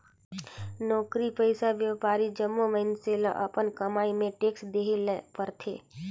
नउकरी पइसा, बयपारी जम्मो मइनसे ल अपन कमई में टेक्स देहे ले परथे